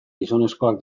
gizonezkoak